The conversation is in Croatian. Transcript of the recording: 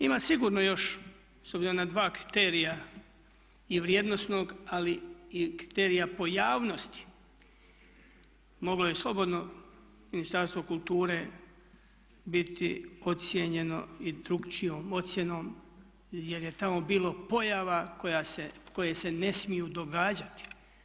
Ima sigurno još, s obzirom na dva kriterija i vrijednosnog ali i kriterija pojavnosti moglo je slobodno Ministarstvo kulture biti ocijenjeno i drukčijom ocjenom jer je tamo bilo pojava koje se ne smiju događati.